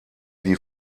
die